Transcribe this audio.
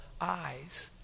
eyes